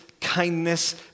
kindness